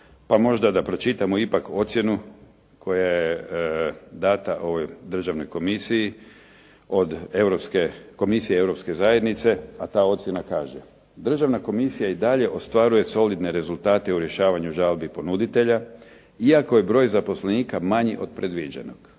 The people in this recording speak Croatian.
pa možda da pročitamo ipak ocjenu koja je dana ovoj državnoj komisiji od Europske komisije, Europske zajednice, a ta ocjena kaže: Državna komisija i dalje ostvaruje solidne rezultate u rješavanju žalbi ponuditelja, iako je broj zaposlenika manji od predviđenog.